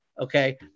Okay